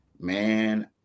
man